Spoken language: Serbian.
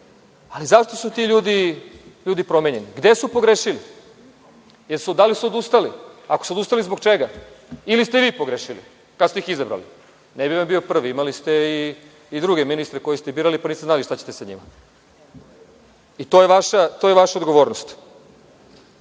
Zašto su ti ljudi promenjeni? Gde su pogrešili? Da li su odustali? Ako su odustali, zbog čega? Ili ste vi pogrešili kada ste ih izabrali. Ne bi vam bio prvi. Imali ste i druge ministre koje ste birali, pa niste znali šta ćete sa njima. To je vaša odgovornost. Imajući